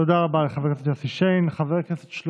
תודה רבה לחבר הכנסת יוסי שיין.